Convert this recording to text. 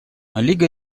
лига